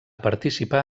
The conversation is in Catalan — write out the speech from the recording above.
participar